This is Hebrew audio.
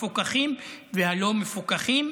המפוקחים והלא-מפוקחים,